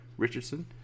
Richardson